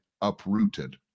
uprooted